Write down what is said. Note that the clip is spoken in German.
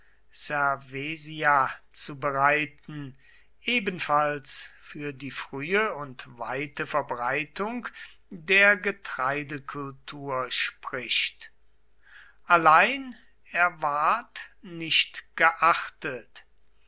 zu bereiten ebenfalls für die frühe und weite verbreitung der getreidekultur spricht allein er ward nicht geachtet